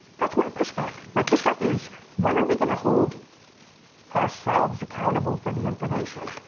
that's my pushback, my pushback is when are we gonna hold ourselves accountable for the information?